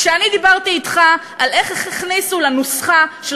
כשאני דיברתי אתך על איך הכניסו לנוסחה של